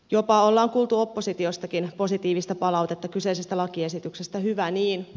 jopa on kuultu oppositiostakin positiivista palautetta kyseisestä lakiesityksestä hyvä niin